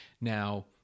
Now